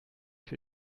für